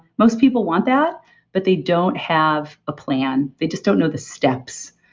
most people want that but they don't have a plan. they just don't know the steps.